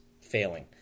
failing